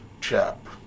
chap